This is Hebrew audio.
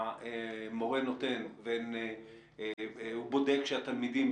שהמורה נותן ובודק שהתלמידים,